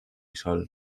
sol